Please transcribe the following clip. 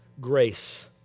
grace